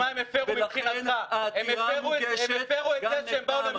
ולכן העתירה מוגשת גם נגדם.